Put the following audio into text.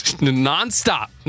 Non-stop